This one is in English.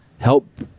help